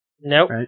Nope